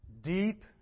deep